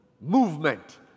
movement